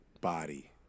body